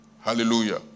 Hallelujah